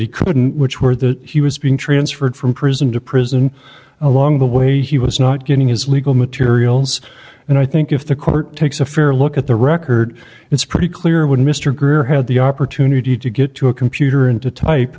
he couldn't which were the he was being transferred from prison to prison along the way he was not getting his legal materials and i think if the court takes a fair look at the record it's pretty clear when mr greer had the opportunity to get to a computer and to type